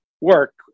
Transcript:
work